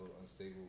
unstable